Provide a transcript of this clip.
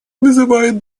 вызывает